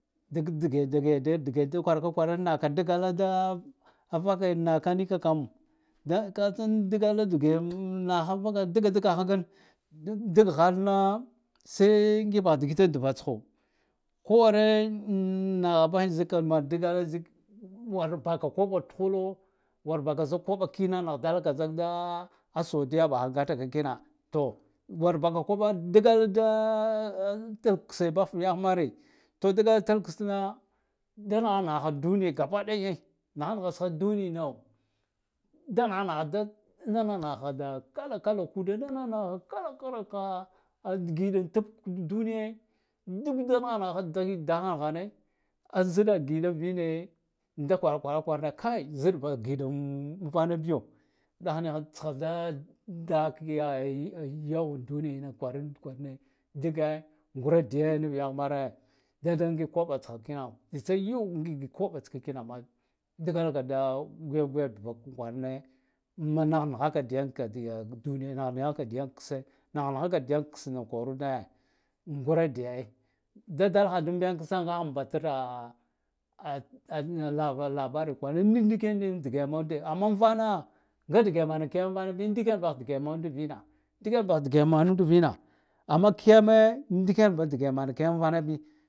Dik dige dge dge da kwarka kwarane naka dgala da avakenna nika kam da katsan dagal dege nakha vaka dga dgakha gan d-dag” ghalna se ngik bakh digita dvatsho koware ana bahin zik man djal zik wara baka koɓo tghula warbaka zik koɓa kina nagh dalka da a sodiya baha gataka kina to war baka koɓa dgal da dalkse baghf yakhmare to dgaltsitar dalks kina dngha nghaha dani gabaɗaye nakha nakhatsha dunino danagha nagha da nagha naghaha da kala kalak ude nagha naghaha kala kala an gida tibk duniye duk da ngha ngha digit daghanghane aziɗa giɗa vine da kwara kwaraha kwarane kai ziɗba kiɗan vanabiyo uɗakh nikhatsaha da dakiye yawon diniyana kwarud kwarane dge ngura diye niv yaghmare da dagik kobatsha tsatsa yu kobatskana ma da dgal da gwiyav-gwiyadva kwarane manakh nagha diyan ka diga duni naku nagha kak diyan kse nagh nakhaka diya kse na kwarude ngura di ai dadalha da mbiya “la-labari", “ni nindiken dge manude amman vana nga dge mana kiyama vana bi ndiken baku dge manuda vine ndiken baku dge manuda vine amma kiyame ndiken ba dge mana kiyama vanabi.